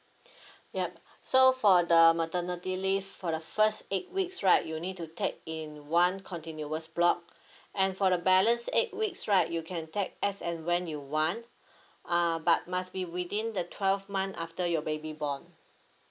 ya so for the maternity leave for the first eight weeks right you need to take in one continuous block and for the balance eight weeks right you can take as and when you want uh but must be within the twelve month after your baby born